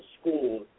school